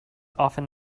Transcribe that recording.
often